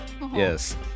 yes